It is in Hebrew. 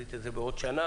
תראי את זה בעוד שנה,